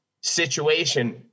situation